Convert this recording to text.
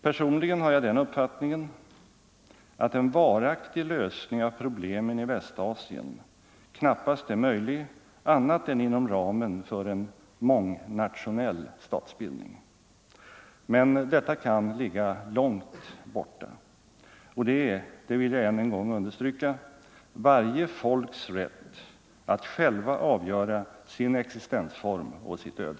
Personligen har jag den uppfattningen att en varaktig lösning av problemen i Västasien knappast är möjlig annat än inom ramen för en mångnationell statsbildning. Men detta kan ligga långt borta. Och det är, det vill jag än en gång understryka, varje folks rätt att självt avgöra sin existensform och sitt öde.